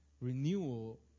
renewal